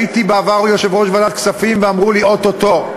הייתי בעבר יושב-ראש ועדת הכספים ואמרו לי: או-טו-טו.